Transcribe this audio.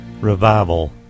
revival